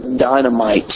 dynamite